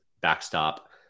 backstop